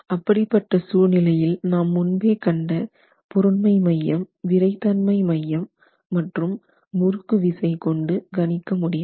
அப்படிப்பட்ட சூழ்நிலையில் நாம் முன்பே கண்ட பொருண்மை மையம் விறைத்தன்மை மையம் மற்றும் முறுக்கு விசை கொண்டு கணிக்க முடியாது